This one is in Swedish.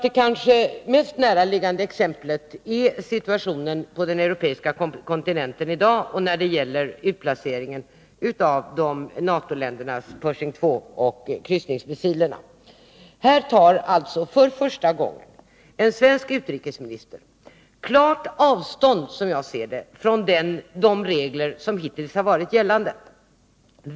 Det kanske mest näraliggande exemplet är situationen på den europeiska kontinenten i dag när det gäller utplaceringen av NATO-ländernas Pershing II och kryssningsmissiler. Som jag ser det tar här en svensk utrikesminister för första gången klart avstånd från de uppfattningar som hittills har varit gällande.